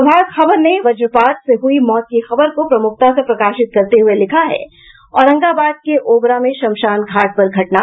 प्रभात खबर ने वजपात से हुई मौत की खबर को प्रमुखता से प्रकाशित करते हुये लिखा है औरंगाबाद के ओबरा में श्मशान घाट पर घटना